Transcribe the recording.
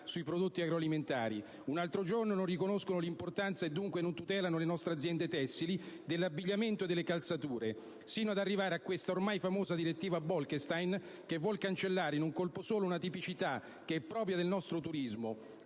sui prodotti agroalimentari, un altro giorno non riconoscono l'importanza e dunque non tutelano le nostre aziende tessili, dell'abbigliamento e delle calzature, sino ad arrivare alla ormai famosa direttiva Bolkestein che vuol cancellare in un colpo solo una tipicità che è propria del nostro turismo,